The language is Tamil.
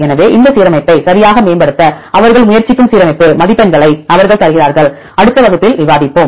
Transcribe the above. எனவே இந்த சீரமைப்பை சரியாக மேம்படுத்த அவர்கள் முயற்சிக்கும் சீரமைப்பு மதிப்பெண்களை அவர்கள் தருகிறார்கள் அடுத்த வகுப்பில் விவாதிப்போம்